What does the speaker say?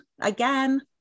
again